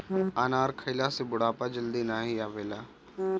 अनार खइला से बुढ़ापा जल्दी नाही आवेला